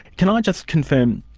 can i just confirm,